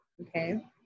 Okay